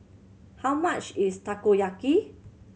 how much is Takoyaki